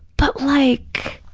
but like,